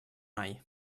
mai